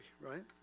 right